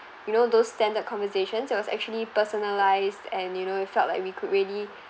you know those standard conversations that was actually personalised and you know we felt like we could really